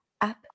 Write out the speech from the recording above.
up